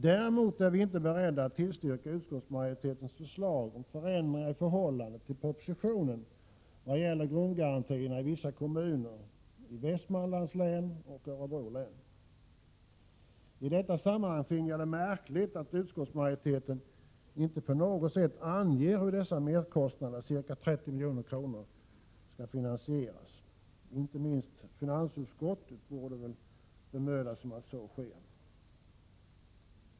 Däremot är vi inte beredda att tillstyrka utskottsmajoritetens förslag om ändringar i förhållande till propositionen i vad gäller grundgarantierna i vissa kommuner i Västmanlands län och Örebro län. I detta sammanhang finner jag det märkligt att utskottsmajoriteten inte på något sätt anger hur dessa merkostnader, ca 30 milj.kr., skall finansieras. Inte minst finansutskottet borde bemöda sig om att så sker.